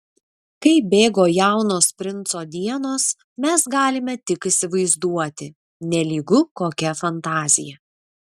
kaip bėgo jaunos princo dienos mes galime tik įsivaizduoti nelygu kokia fantazija